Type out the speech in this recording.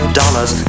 dollars